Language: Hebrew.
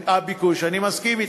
אני מסכים אתך,